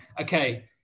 okay